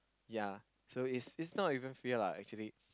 ya so it's it's not even fail lah actually